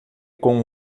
com